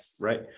right